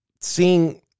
seeing